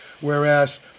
Whereas